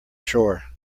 shore